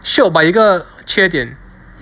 shiok but 有一个缺点